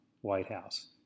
Whitehouse